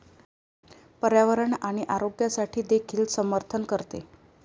पर्यावरण आणि आरोग्यासाठी देखील समर्थन करते